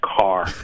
car